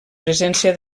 presència